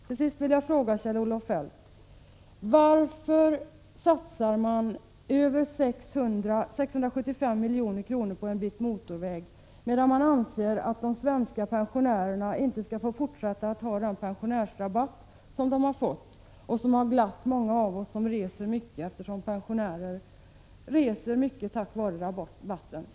Till sist vill jag fråga Kjell-Olof Feldt: Varför satsar man 675 miljoner på en bit motorväg, medan man anser att de svenska pensionärerna inte skall få fortsätta att ha den pensionärsrabatt som de har fått och som har glatt många av dem som reser mycket? Pensionärer reser nämligen mycket tack vare rabatten.